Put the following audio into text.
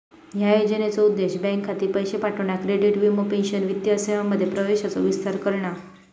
ह्या योजनेचो उद्देश बँक खाती, पैशे पाठवणा, क्रेडिट, वीमो, पेंशन वित्तीय सेवांमध्ये प्रवेशाचो विस्तार करणा